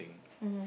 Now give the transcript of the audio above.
mmhmm